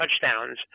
touchdowns